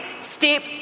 step